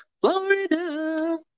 Florida